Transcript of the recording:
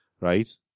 right